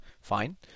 Fine